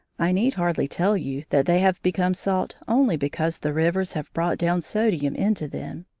i need hardly tell you that they have become salt only because the rivers have brought down sodium into them,